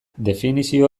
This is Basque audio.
definizio